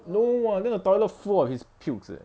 no [what] then the toilet full of his pukes leh